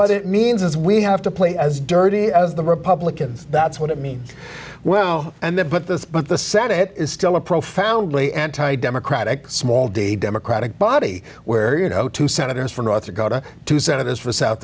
was it means we have to play as dirty as the republicans that's what i mean well and that but this but the senate is still a profoundly anti democratic small d democratic body where you know two senators from north dakota two senators from south